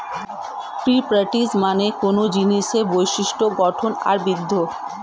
properties মানে কোনো জিনিসের বিশিষ্ট গঠন আর বিদ্যা